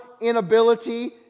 inability